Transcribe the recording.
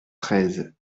treize